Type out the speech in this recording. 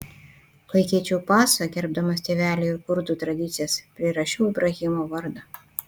kai keičiau pasą gerbdamas tėvelį ir kurdų tradicijas prirašiau ibrahimo vardą